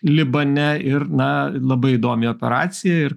libane ir na labai įdomi operacija ir